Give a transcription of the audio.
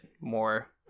more